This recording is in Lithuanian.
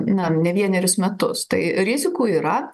na ne vienerius metus tai rizikų yra